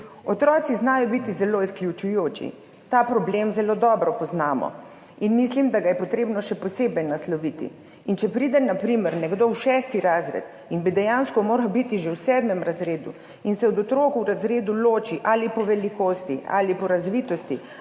Otroci znajo biti zelo izključujoči. Ta problem zelo dobro poznamo in mislim, da ga je potrebno še posebej nasloviti. In če pride na primer nekdo v šesti razred in bi dejansko moral biti že v sedmem razredu in se od otrok v razredu loči ali po velikosti, ali po razvitosti,